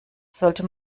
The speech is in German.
sollte